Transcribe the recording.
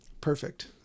Perfect